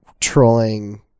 trolling